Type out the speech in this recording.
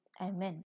Amen